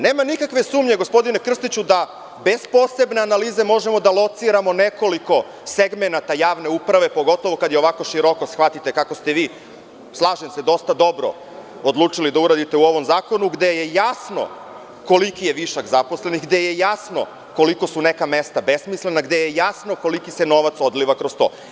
Nema nikakve sumnje, gospodine Krstiću, da bez posebne analize možemo da lociramo nekoliko segmenata javne uprave, pogotovo kada je ovako široko shvatite, kako ste vi, slažem se, dosta dobro odlučili da uradite u ovom zakonu, gde je jasno koliki je višak zaposlenih, gde je jasno koliko su neka mesta besmislena, gde je jasno koliki se novac odliva kroz to.